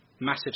massive